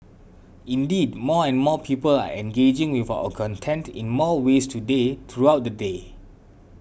indeed more and more people are engaging with our content in more ways today throughout the day